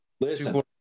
listen